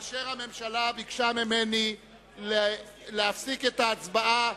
כאשר הממשלה ביקשה ממני להפסיק את ההצבעה,